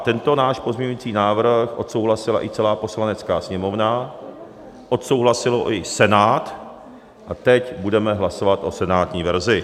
Tento náš pozměňující návrh odsouhlasila i celá Poslanecká sněmovna, odsouhlasil ho i Senát a teď budeme hlasovat o senátní verzi.